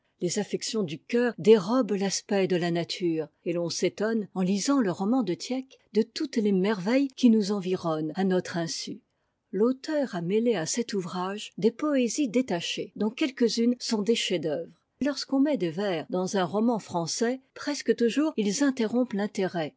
les affections du coeur dérobent l'aspect de la nature et l'on s'étonne en lisant le roman de tieck de toutes les merveilles qui nous environnent à notre insu l'auteur a mêlé à cet ouvrage des poésies détachées dont quelques-unes sont des chefs-d'œuvre lorsqu'on met des vers dans un roman français presque toujours ils interrompent l'intérêt